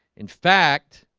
in fact